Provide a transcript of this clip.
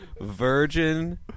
virgin